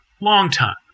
long-time